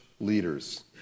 leaders